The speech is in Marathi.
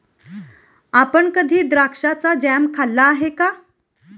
आपण कधी द्राक्षाचा जॅम खाल्ला आहे का?